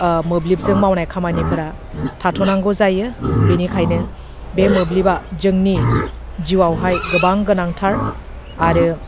मोब्लिबजों मावनाय खामानिफोरा थाथ'नांगौ जायो बिनिखायनो बे मोब्लिबा जोंनि जिवावहाय गोबां गोनांथार आरो